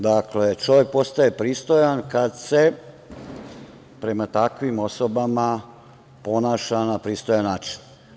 Dakle, čovek postaje pristojan kada se prema takvim osobama ponaša na pristojan način.